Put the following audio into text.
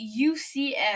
UCF